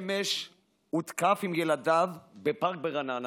אמש הותקף עם ילדיו בפארק ברעננה.